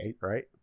right